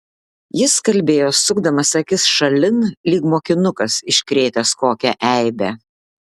jis kalbėjo sukdamas akis šalin lyg mokinukas iškrėtęs kokią eibę